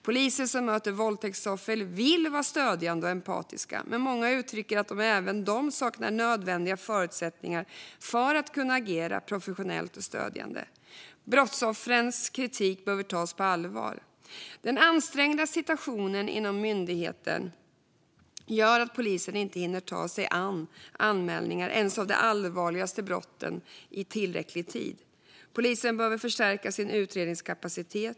Poliser som möter våldtäktsoffer vill vara stödjande och empatiska, men många uttrycker att även de saknar nödvändiga förutsättningar för att kunna agera professionellt och stödjande. Brottsoffrens kritik behöver tas på allvar. Den ansträngda situationen inom myndigheten gör att polisen inte hinner ta sig an anmälningar ens av de allvarligaste brotten i tillräcklig tid. Polisen behöver förstärka sin utredningskapacitet.